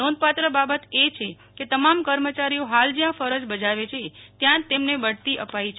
નોંધપાત્ર બાબત એ છે કે તમામ કર્મચારીઓ હાલ જ્યાં ફરજ બજાવે છે ત્યાં જ તેમને બઢતી અપાઈ છે